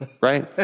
right